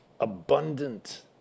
abundant